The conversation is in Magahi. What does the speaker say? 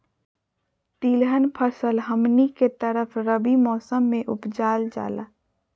तिलहन फसल हमनी के तरफ रबी मौसम में उपजाल जाला